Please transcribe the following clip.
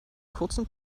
kurzen